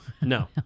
no